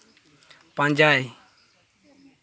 ᱯᱟᱸᱡᱟᱭ